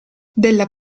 della